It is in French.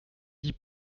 dis